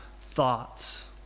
thoughts